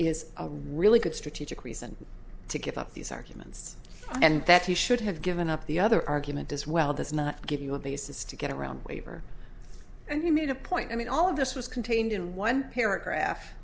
is a really good strategic reason to give up these arguments and that he should have given up the other argument as well does not give you a basis to get around waiver and he made a point i mean all of this was contained in one paragraph